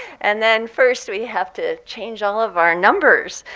and then first we have to change all of our numbers.